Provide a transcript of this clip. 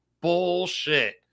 Bullshit